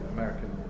American